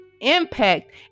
impact